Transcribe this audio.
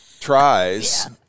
tries